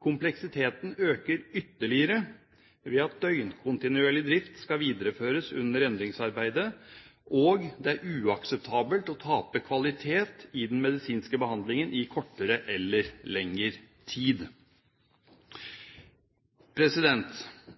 Kompleksiteten øker ytterligere ved at døgnkontinuerlig drift skal videreføres under endringsarbeidet, og det er uakseptabelt å tape kvalitet i den medisinske behandlingen i kortere eller lengre tid.